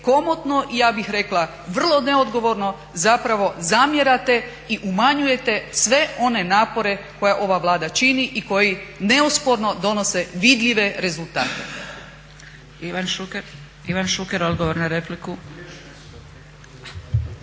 komotno ja bi rekla vrlo neodgovorno zapravo zamjerate i umanjujete sve one napore koje ova Vlada čini i koji neosporno donose vidljive rezultate.